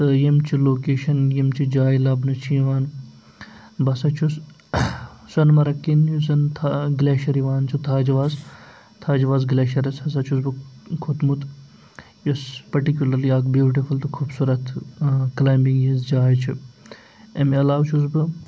تہٕ یِم چھِ لوکیشَن یِم چھِ جایہِ لَبنہٕ چھِ یِوان بہٕ ہَسا چھُس سۄنہٕ مَرگ کِنۍ یُس زَن تھا گٕلیشَر یِوان چھُ تھاجواز تھاجواز گٕلیشَرَس ہَسا چھُس بہٕ کھوٚتمُت یُس پٔٹِکیوٗلَرلی اَکھ بیوٗٹِفُل تہٕ خوٗبصوٗرت کٕلایمبِنٛگ ہِنٛزۍ جاے چھِ اَمہِ علاوٕ چھُس بہٕ